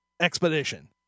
expedition